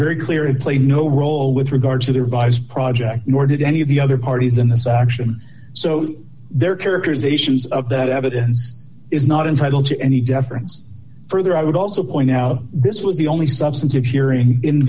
very clear it play no role with regard to the revise project nor did any of the other parties in this action so there characterizations of that evidence is not entitled to any deference further i would also point out this was the only substantive hearing in